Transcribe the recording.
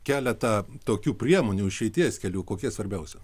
keletą tokių priemonių išeities kelių kokie svarbiausi